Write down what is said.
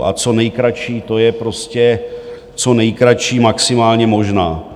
A co nejkratší, to je prostě co nejkratší maximálně možná.